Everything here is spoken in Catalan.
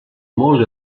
molt